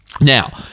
Now